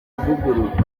kuvugururwa